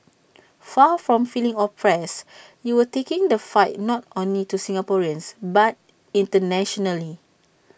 far from feeling oppressed you were taking the fight not only to Singaporeans but internationally